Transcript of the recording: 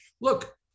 Look